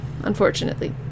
unfortunately